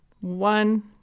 one